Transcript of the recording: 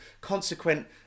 consequent